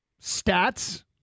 stats